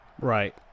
Right